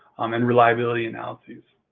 um and reliability analyses.